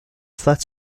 flat